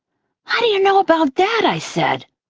how do you know about that? i said.